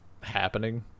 happening